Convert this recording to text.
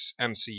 MCU